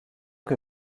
que